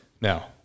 Now